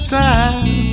time